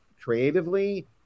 creatively